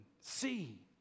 See